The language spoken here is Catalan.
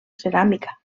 ceràmica